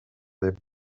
des